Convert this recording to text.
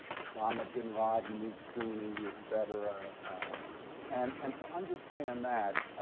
osama bin laden, who's sunni, et cetera. and and to understand that,